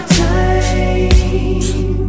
time